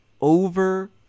over